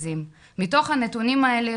מתוך הנתונים האלה,